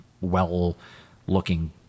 well-looking